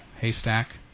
Haystack